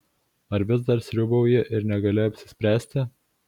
ar vis dar sriūbauji ir negali apsispręsti